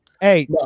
Hey